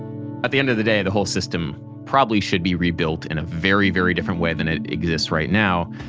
at the end of the day, the whole system probably should be rebuilt in a very, very different way than it exists right now,